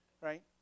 Right